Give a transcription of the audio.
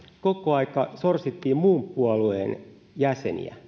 koko ajan sorsittiin muun puolueen jäseniä